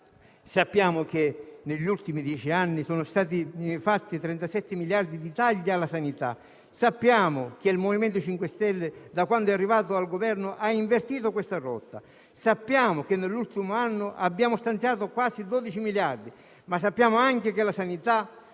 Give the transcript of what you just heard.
Sappiamo che negli ultimi dieci anni sono stati fatti tagli alla sanità per 37 miliardi di euro. Sappiamo che il MoVimento 5 Stelle, da quando è arrivato al Governo, ha invertito questa rotta, sappiamo che nell'ultimo anno abbiamo stanziato quasi 12 miliardi di euro, ma sappiamo anche che la sanità,